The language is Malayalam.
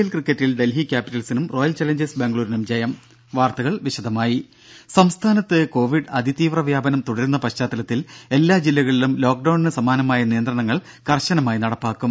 എൽ ക്രിക്കറ്റിൽ ഡൽഹി ക്യാപ്പിറ്റൽസിനും റോയൽ ചലഞ്ചേഴ്സ് ബാംഗ്ലൂരിനും ജയം വാർത്തകൾ വിശദമായി സംസ്ഥാനത്ത് കൊവിഡ് അതിതീവ്ര വ്യാപനം തുടരുന്ന പശ്ചാത്തലത്തിൽ എല്ലാ ജില്ലകളിലും ലോക്ഡൌണിന് സമാനമായ നിയന്ത്രണങ്ങൾ കർശനമായി നടപ്പാക്കും